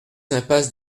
impasse